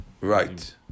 right